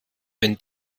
wenn